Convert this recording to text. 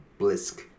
Blisk